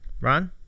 Ron